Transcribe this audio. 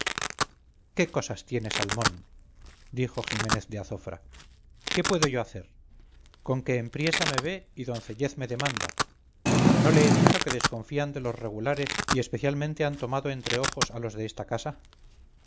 qué cosas tiene salmón dijo ximénez de azofra qué puedo yo hacer conque en priesa me ve y doncellez me demanda no le he dicho que desconfían de los regulares y especialmente han tomado entre ojos a los de esta casa